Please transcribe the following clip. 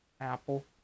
Apple